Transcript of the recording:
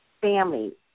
family